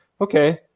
Okay